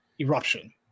eruption